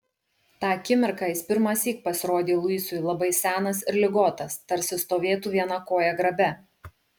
tą akimirką jis pirmąsyk pasirodė luisui labai senas ir ligotas tarsi stovėtų viena koja grabe